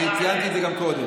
אני ציינתי את זה גם קודם.